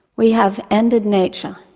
we have ended nature.